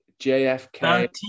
JFK